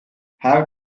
have